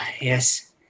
yes